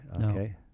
okay